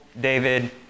David